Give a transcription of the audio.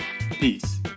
Peace